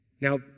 Now